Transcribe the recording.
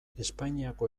espainiako